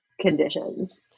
conditions